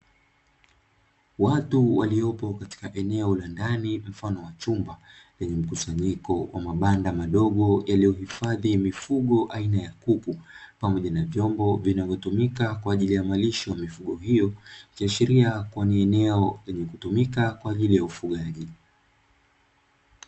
Watu waliopo katika eneo la ndani mfano wa chumba lenye mkusanyiko wa mabanda madogo yaliyo hifadhi mifugo aina ya kuku pamoja na vyombo vinavyotumika kwa ajili ya malisho ya mifugo hiyo, ikiashiria kuwa ni eneo lenye kutumika kwa ajili ya ufugaji.